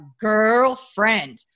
Girlfriend